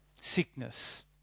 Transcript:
sickness